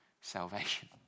salvation